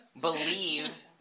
believe